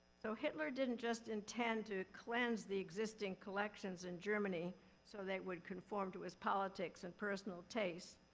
so hitler didn't just intend to cleanse the existing collections in germany so they would conform to his politics and personal tastes,